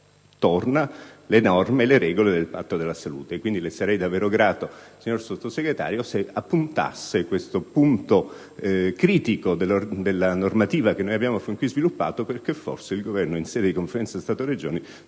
tornano le regole del Patto della salute. Le sarei davvero grato, signor Sottosegretario, se considerasse questo aspetto critico della normativa che abbiamo fin qui sviluppato, perché forse il Governo, in sede di Conferenza Stato-Regioni,